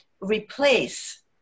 replace